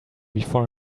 before